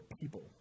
people